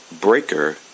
Breaker